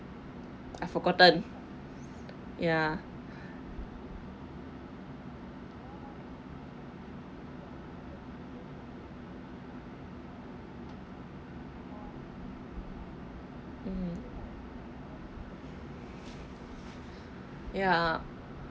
I forgotten ya mm ya